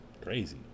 crazy